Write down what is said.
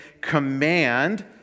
command